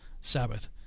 Sabbath